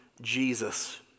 Jesus